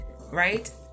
right